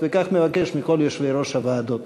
וכך מבקש מכל יושבי-ראש הוועדות.